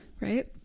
Right